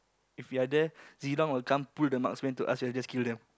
if you are there Zilong will come pull the marksman to us then we will just kill them